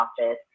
office